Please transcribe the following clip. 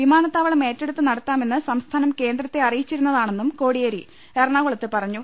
വിമാനത്താ വളം ഏറ്റെടുത്ത് നടത്താമെന്ന് സംസ്ഥാനം കേന്ദ്രത്തെ അറിയി ച്ചിരുന്നതാണെന്ന് കോടിയേരി എറണാകുളത്ത് പറഞ്ഞു